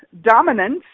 dominance